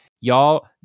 Y'all